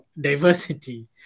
diversity